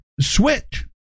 switch